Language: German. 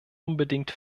unbedingt